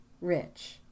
rich